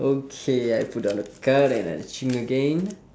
okay I put down a card and I change again